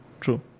True